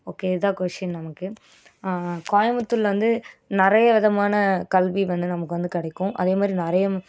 okay இதுதான் கொஸிடின் நமக்கு கோயம்புத்தூரில் வந்து நிறைய விதமான கல்வி வந்து நமக்கு வந்து கிடைக்கும் அதே மாதிரி நிறைய